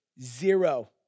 Zero